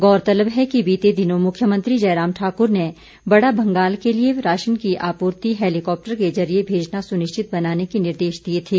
गौरतलब है कि बीते दिनों मुख्यमंत्री जयराम ठाक्र ने बड़ा भंगाल के लिए राशन की आपूर्ति हैलीकॉप्टर के जरिए भेजना सुनिश्चित बनाने के निर्देश दिए थे